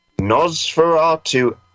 Nosferatu